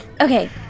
Okay